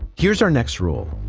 here's our next rule,